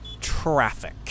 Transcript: traffic